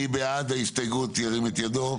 מי בעד ההסתייגויות שירים את ידו.